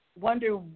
wonder